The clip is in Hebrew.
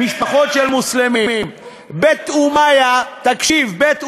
משפחות של מוסלמים, תקשיב, בית אומיה,